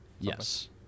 yes